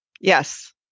Yes